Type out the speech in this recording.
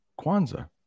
Kwanzaa